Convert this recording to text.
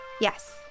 Yes